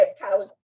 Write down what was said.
college